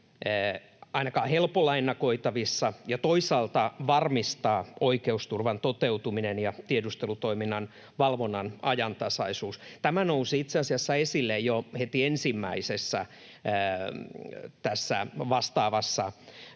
ainakaan helpolla ennakoitavissa, ja toisaalta varmistaa oikeusturvan toteutuminen ja tiedustelutoiminnan valvonnan ajantasaisuus. Tämä nousi itse asiassa esille jo heti ensimmäisessä vastaavassa